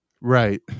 right